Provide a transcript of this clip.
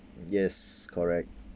yes correct